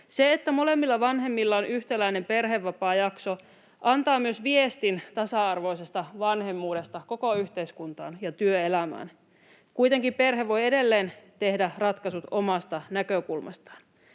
Se, että molemmilla vanhemmilla on yhtäläinen perhevapaajakso, antaa myös viestin tasa-arvoisesta vanhemmuudesta koko yhteiskuntaan ja työelämään. Kuitenkin perhe voi edelleen tehdä ratkaisut omasta näkökulmastaan.